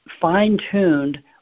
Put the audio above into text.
fine-tuned